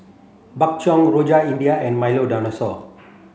Bak Chang Rojak India and Milo Dinosaur